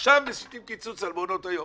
עכשיו משיתים קיצוץ על מעונות היום.